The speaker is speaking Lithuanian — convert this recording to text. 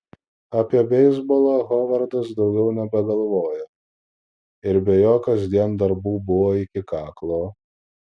apie beisbolą hovardas daugiau nebegalvojo ir be jo kasdien darbų buvo iki kaklo